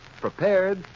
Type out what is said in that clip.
prepared